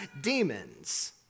demons